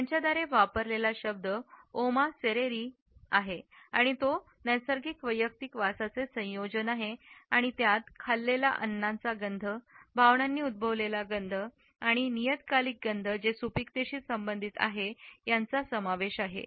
त्यांच्याद्वारे वापरलेला शब्द ओमा सेरीरी आहे आणि तो नैसर्गिक वैयक्तिक वासाचे संयोजन आहे आणि यात खाल्लेल्या अण्णाच्या गंध भावनांनी उद्भवलेल्या गंध आणि नियतकालिक गंध जे सुपिकतेशी संबंधित आहेत यांचा समावेश आहे